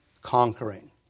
conquering